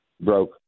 Broke